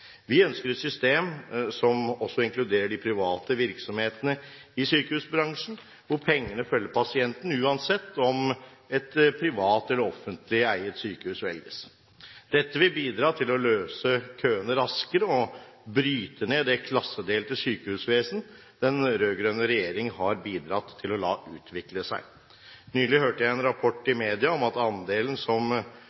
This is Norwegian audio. Vi ønsker et system som også inkluderer de private virksomhetene i sykehusbransjen, hvor pengene følger pasienten, uansett om et privat eller offentlig eiet sykehus velges. Dette vil bidra til å løse køene raskere og bryte ned det klassedelte sykehusvesen den rød-grønne regjering har bidratt til å la utvikle seg. Nylig hørte jeg i en rapport i